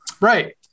Right